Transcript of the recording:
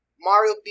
Mario